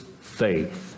faith